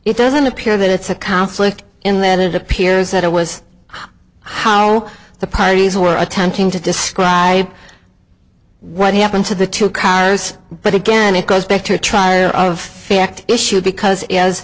it doesn't appear that it's a conflict in that it appears that it was how the parties were attempting to describe what happened to the two cars but again it goes back to try of fact issue because